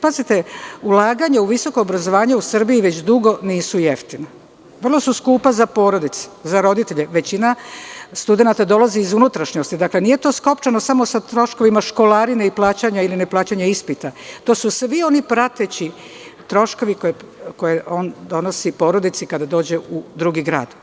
Pazite, ulaganje u visoko obrazovanje u Srbiji, već dugo nisu jeftina, vrlo su skupa za porodice, za roditelje, jer većina studenata dolazi iz unutrašnjosti, nije to skopčano samo sa troškovima školarine i plaćanja ili ne plaćanja ispita, to su svi oni prateći troškovi koje donosi porodici kada dođe u drugi grad.